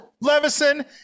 Levison